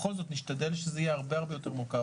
בכל זאת נשתדל שזה יהיה הרבה הרבה יותר מוקדם.